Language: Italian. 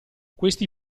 questi